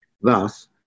Thus